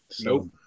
Nope